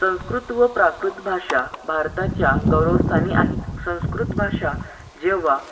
संस्कृत व प्राकृत भाषा भारताच्या गौरवस्थानी आहेत संस्कृत भाषा जेव्हा